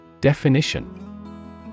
Definition